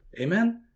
Amen